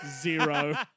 Zero